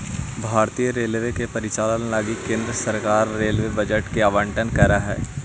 भारतीय रेलवे के परिचालन लगी केंद्र सरकार रेलवे बजट के आवंटन करऽ हई